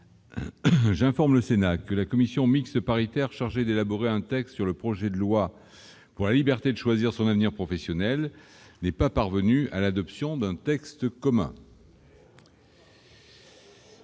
J'informe le Sénat que la commission mixte paritaire chargée d'élaborer un texte sur le projet de loi pour la liberté de choisir son avenir professionnel n'est pas parvenue à l'adoption d'un texte commun.